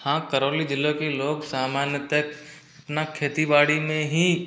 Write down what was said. हाँ करौली ज़िला के लोग सामान्यतः अपना खेती बाड़ी में ही